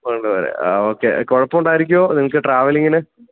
പുനലൂർ ആ ഓക്കെ കുഴപ്പം ഉണ്ടായിരിക്കുമോ നിങ്ങൾക്ക് ട്രാവലിംഗിന്